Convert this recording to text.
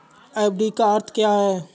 FD का अर्थ क्या है?